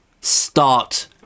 start